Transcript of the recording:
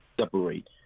separate